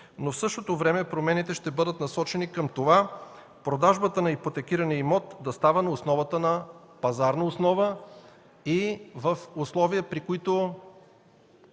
В същото време промените ще бъдат насочени към това продажбата на ипотекирания имот да става на пазарна основа и в условия, при които